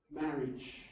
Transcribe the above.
marriage